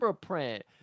print